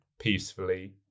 peacefully